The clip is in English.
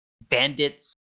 bandits